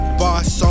boss